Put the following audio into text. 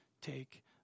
take